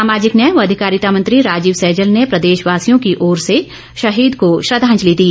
सामाजिक न्याय व अधिकारिता मंत्री राजीव सैजल ने प्रदेशवासियों की ओर से शहीद को श्रद्धांजलि दी